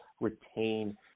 retain